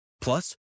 Plus